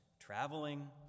traveling